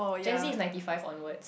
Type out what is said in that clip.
gen z is ninety five onwards